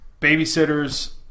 Babysitters